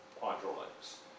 Hydraulics